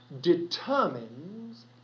determines